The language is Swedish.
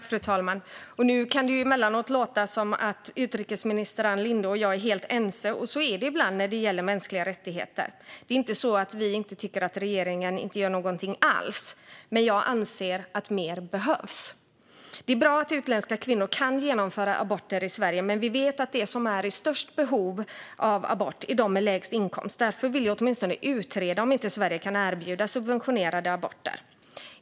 Fru talman! Nu kan det emellanåt låta som om utrikesminister Ann Linde och jag är helt ense, och så är det ibland när det gäller mänskliga rättigheter. Det är inte så att vi tycker att regeringen inte gör någonting alls. Men jag anser att mer behövs. Det är bra att utländska kvinnor kan genomföra aborter i Sverige, men vi vet att de som är i stort behov av abort är de med lägst inkomster. Därför vill vi åtminstone utreda om inte Sverige kan erbjuda subventionerade aborter.